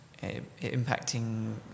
impacting